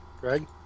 Greg